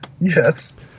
Yes